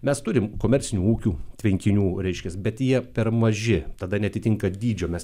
mes turim komercinių ūkių tvenkinių reiškias bet jie per maži tada neatitinka dydžio mes